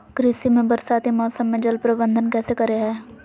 कृषि में बरसाती मौसम में जल प्रबंधन कैसे करे हैय?